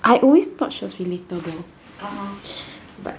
I always thought that she's relatable but